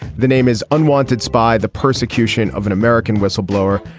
the name is unwonted spy the persecution of an american whistleblower.